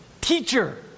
teacher